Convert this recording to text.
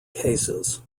cases